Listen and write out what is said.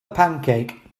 pancake